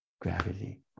gravity